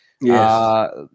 Yes